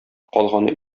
калганы